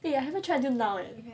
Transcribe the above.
eh I have not tried until now eh